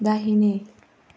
दाहिने